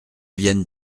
vienne